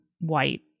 white